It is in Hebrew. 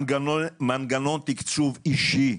יהיה מנגנון תקצוב אישי,